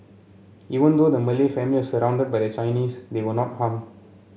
even though the Malay family was surrounded by the Chinese they were not harm